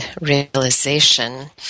realization